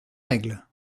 règle